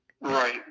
Right